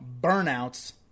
burnouts